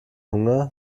hunger